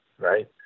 right